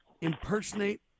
impersonate